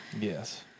Yes